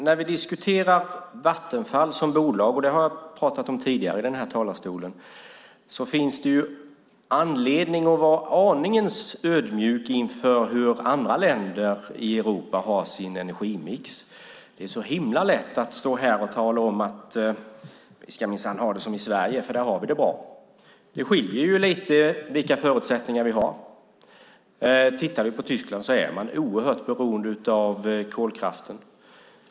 När vi diskuterar Vattenfall som bolag - detta har jag pratat om tidigare i talarstolen - finns det anledning att vara aningen ödmjuk inför vilken energimix andra länder i Europa har. Det är så himla lätt att stå här och tala om att man minsann ska ha det som i Sverige, för här har vi det bra. Men de förutsättningar vi har skiljer sig lite åt. Tyskland är oerhört beroende av kolkraften.